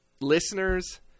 listeners